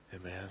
Amen